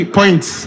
points